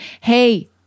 Hey